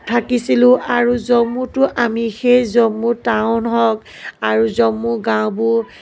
থাকিছিলোঁ আৰু জম্মুতো আমি সেই জম্মু টাউন হওক আৰু জম্মু গাঁওবোৰ